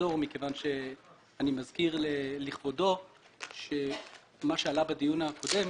ולחזור מכיוון שאני מזכיר לכבודו שמה שעלה בדיון הקודם